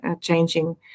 changing